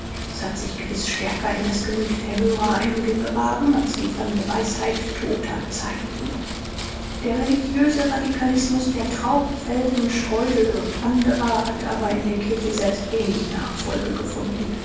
es hat sich gewiß stärker in das gemüt der hörer eingegraben als die fremde weisheit toter zeiten der religiöse radikalismus der traub felden steudel und anderer hat aber in der kirche selbst wenig nachfolge gefunden